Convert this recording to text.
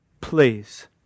please